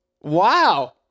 Wow